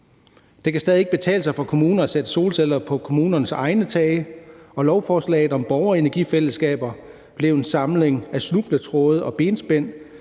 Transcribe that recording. Det kan stadig ikke betale sig for kommunerne at sætte solceller op på kommunernes egne tage, og lovforslaget om borgerenergifællesskaber blev en samling af snubletråde og benspænd